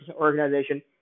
organization